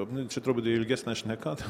mum čia trukdė ilgesnė šneka